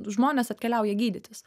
žmonės atkeliauja gydytis